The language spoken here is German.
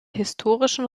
historischen